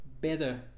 better